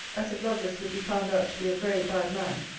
as if lovelace would be found out to be a very bad man,